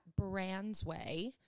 Brandsway